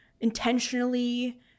intentionally